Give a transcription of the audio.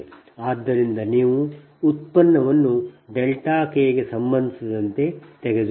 ಆದ್ದರಿಂದ ನೀವು ಉತ್ಪನ್ನವನ್ನು k ಗೆ ಸಂಬಂಧಿಸಿದಂತೆ ತೆಗೆದುಕೊಳ್ಳಿ